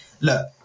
look